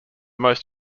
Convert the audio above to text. most